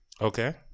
okay